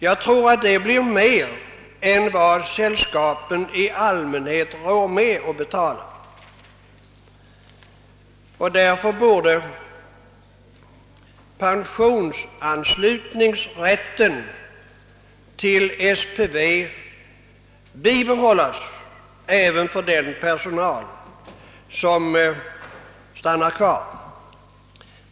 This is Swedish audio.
Jag tror att det blir mer än vad sällskapen i allmänhet har råd att betala, och därför borde pensionsanslutningsrätten till SPV bibehållas även för den personal som stannar kvar.